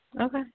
Okay